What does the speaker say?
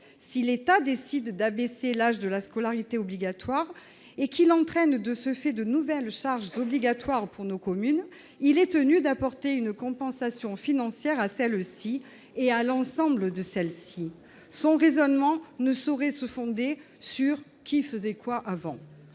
Si l'État décide d'abaisser l'âge de la scolarité obligatoire, et qu'il crée, de ce fait, de nouvelles charges obligatoires pour nos communes, il est tenu d'apporter une compensation financière à celles-ci, et à l'ensemble de celles-ci. Son raisonnement ne saurait se fonder sur « qui faisait quoi avant